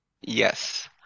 yes